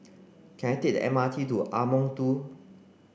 can I take the M R T to Ardmore two